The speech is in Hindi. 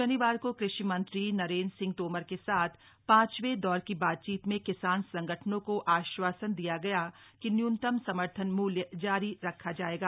शनिवार को कृषि मंत्री नरेंद्र सिंह तोमर के साथ पांचवे दौर की बातचीत में किसान संगठनों को आश्वासन दिया गया कि न्यूनतम समर्थन मूल्य जारी रखा जाएगा